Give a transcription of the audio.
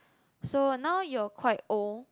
so now you're quite old